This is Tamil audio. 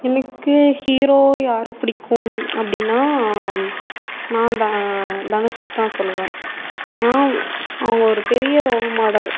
எனக்கு ஹீரோ யார் பிடிக்கும் அப்படின்னா நான் த தனுஷ் தான் சொல்லுவேன் ஏன்னால் அவங்க ஒரு பெரிய ரோல் மாடல்